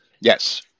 Yes